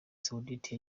saoudite